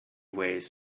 waste